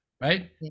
right